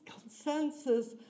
consensus